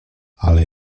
ale